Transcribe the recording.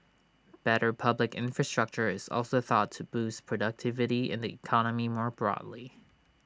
better public infrastructure is also thought to boost productivity in the economy more broadly